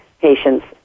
patients